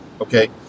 okay